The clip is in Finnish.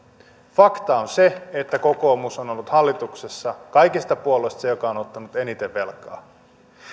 faktaa on se että kokoomus on ollut hallituksessa kaikista puolueista se joka on ottanut eniten velkaa